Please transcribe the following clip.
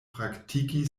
praktiki